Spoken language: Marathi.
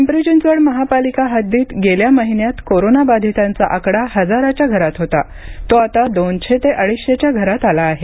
पिंपरी चिंचवड महापालिका हद्दीत गेल्या महिन्यात कोरोना बाधितांचा आकडा हजाराच्या घरात होता तो आता दोनशे ते अडीचशे घरात आला आहे